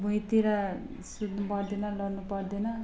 भुइँतिर सुत्नु पर्दैन लडनु पर्दैन